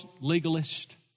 legalist